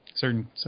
certain